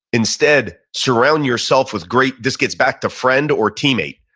instead, surround yourself with great, this gets back to friend or teammate.